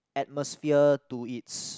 atmosphere to it's